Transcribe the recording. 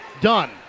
Done